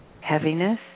heaviness